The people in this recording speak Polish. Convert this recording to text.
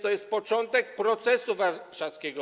To jest początek procesu warszawskiego.